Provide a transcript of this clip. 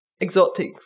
exotic